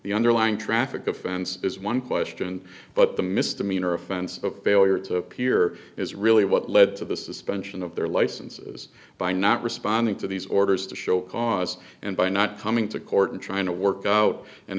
the underlying traffic offense is one question but the misdemeanor offense of failure to appear is really what led to this is a bunch of their licenses by not responding to these orders to show cause and by not coming to court and trying to work out an